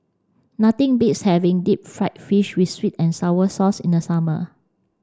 nothing beats having deep fried fish with sweet and sour sauce in the summer